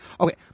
Okay